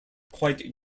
quite